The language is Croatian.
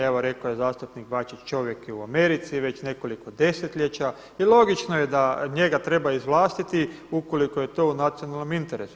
Evo rekao je zastupnik Bačić, čovjek je u Americi već nekoliko desetljeća i logično je da njega treba izvlastiti ukoliko je to u nacionalnom interesu.